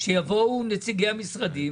שיבואו נציגי המשרדים,